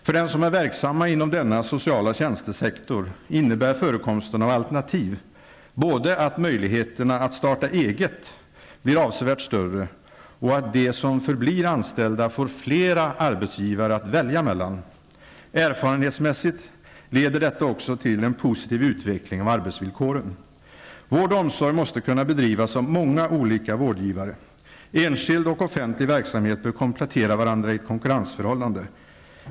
För dem som är verksamma inom vård --och omsorgssektorn innebär förekomsten av alternativ både att möjligheterna att starta eget blir avsevärt större och att de som förblir anställda får flera arbetsgivare att välja mellan. Erfarenhetsmässigt leder det också till en positiv utveckling av arbetsvillkoren. Vård och omsorg måste kunna bedrivas av många olika vårdgivare. Enskild och offentlig verksamhet bör komplettera varandra i ett konkurrensförhållande.